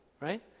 Right